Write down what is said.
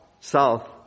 South